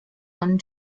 von